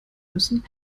müssen